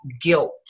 guilt